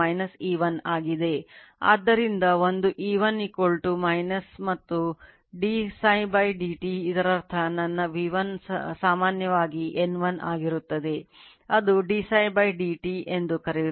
ಆದ್ದರಿಂದ ಒಂದು E1 ಮತ್ತು d ψ dt ಇದರರ್ಥ ನನ್ನ V1 ಸಾಮಾನ್ಯವಾಗಿ N1 ಆಗಿರುತ್ತದೆ ಅದು d ψ dt ಎಂದು ಕರೆಯುತ್ತದೆ